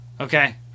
Okay